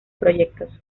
proyectos